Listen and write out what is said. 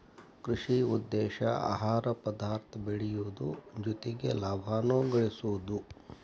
ಕೃಷಿ ಉದ್ದೇಶಾ ಆಹಾರ ಪದಾರ್ಥ ಬೆಳಿಯುದು ಜೊತಿಗೆ ಲಾಭಾನು ಗಳಸುದು